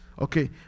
okay